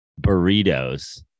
burritos